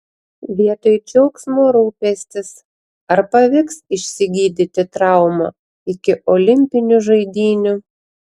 vietoj džiaugsmo rūpestis ar pavyks išsigydyti traumą iki olimpinių žaidynių